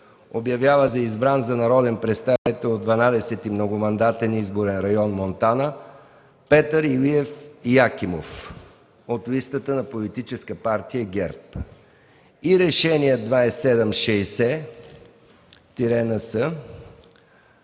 Обявява за избран за народен представител в 12. многомандатен изборен район Монтана, Петър Илиев Якимов, от листата на Политическа партия ГЕРБ.” и: „РЕШЕНИЕ №